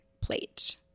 plate